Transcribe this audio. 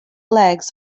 legs